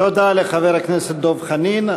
תודה לחבר הכנסת דב חנין.